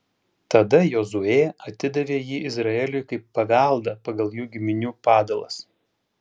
tada jozuė atidavė jį izraeliui kaip paveldą pagal jų giminių padalas